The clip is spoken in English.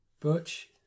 Butch